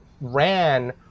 ran